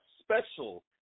special